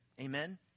Amen